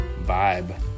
vibe